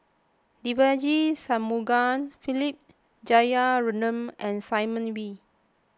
Devagi Sanmugam Philip Jeyaretnam and Simon Wee